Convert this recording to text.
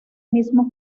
mismo